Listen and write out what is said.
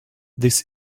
this